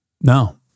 No